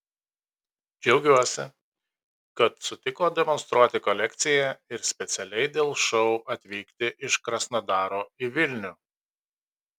džiaugiuosi kad sutiko demonstruoti kolekciją ir specialiai dėl šou atvykti iš krasnodaro į vilnių